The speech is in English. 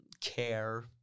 care